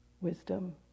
wisdom